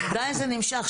עדיין זה נמשך,